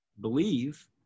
believe